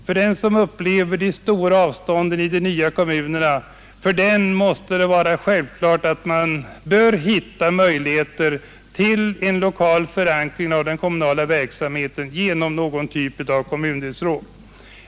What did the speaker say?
För den som upplever de stora avstånden i de nya kommunerna är det självklart att man måste hitta möjligheter till en lokal förankring av den kommunala verksamheten genom någon typ av kommundelsråd.